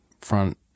front